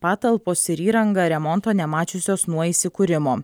patalpos ir įranga remonto nemačiusios nuo įsikūrimo